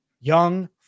young